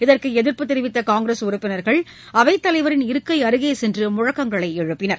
இதற்கு எதிர்ப்பு தெரிவித்த காங்கிரஸ் உறுப்பினர்கள் அவைத்தலைவரின் இருக்கை அருகே சென்று முழக்கங்களை எழுப்பினர்